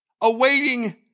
awaiting